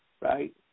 Right